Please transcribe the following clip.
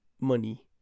money